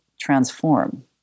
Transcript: transform